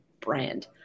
brand